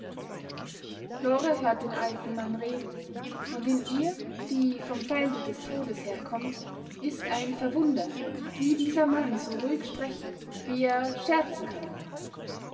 lore hört den alten mann reden und in ihr die vom felde des todes herkommt ist ein verwundern wie dieser mann so ruhig sprechen wie er scherzen kann